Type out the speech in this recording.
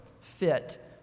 fit